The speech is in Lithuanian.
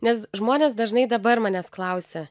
nes žmonės dažnai dabar manęs klausia